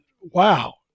wow